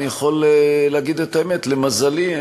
ואני יכול להגיד את האמת: למזלי,